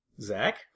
Zach